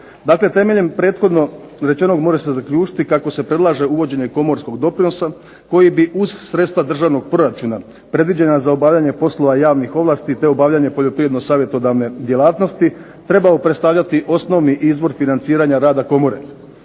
temeljem prethodno rečenog može se zaključiti kako se predlaže uvođenje komorskog doprinosa koji bi uz sredstva državnog proračuna predviđena za obavljanje poslova javnih djelatnosti te obavljanje poljoprivredno savjetodavne djelatnosti trebao predstavljati osnovni izvor financiranja rada komore.